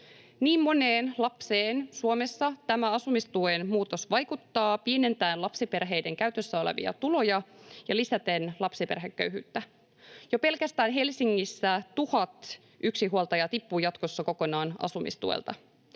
niin moneen lapseen Suomessa tämä asumistuen muutos vaikuttaa pienentäen lapsiperheiden käytössä olevia tuloja ja lisäten lapsiperheköyhyyttä. Jo pelkästään Helsingissä 1 000 yksinhuoltajaa tippuu jatkossa kokonaan asumistuelta.